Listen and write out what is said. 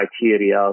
criteria